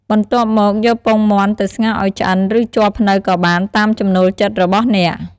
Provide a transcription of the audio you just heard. បន្ទាប់មក យកពងមាន់ទៅស្ងោរឲ្យឆ្អិន ឬជ័រភ្នៅក៏បាន តាមចំណូលចិត្តរបស់អ្នក។